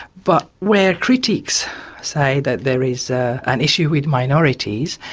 but where critics say that there is ah an issue with minorities,